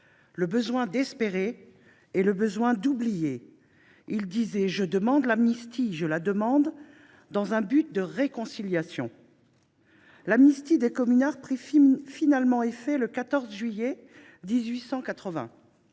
le besoin d’espérer et le besoin d’oublier. […] Je demande l’amnistie. Je la demande dans un but de réconciliation. » L’amnistie des communards prit finalement effet le 14 juillet 1880.